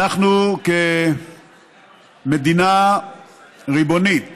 אנחנו, כמדינה ריבונית